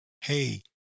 hey